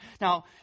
Now